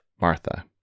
Martha